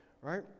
right